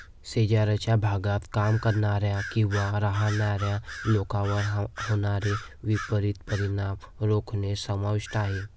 शेजारच्या भागात काम करणाऱ्या किंवा राहणाऱ्या लोकांवर होणारे विपरीत परिणाम रोखणे समाविष्ट आहे